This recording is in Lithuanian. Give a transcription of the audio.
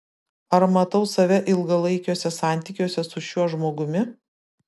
ar matau save ilgalaikiuose santykiuose su šiuo žmogumi